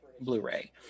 Blu-ray